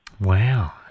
Wow